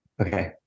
Okay